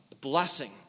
blessing